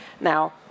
Now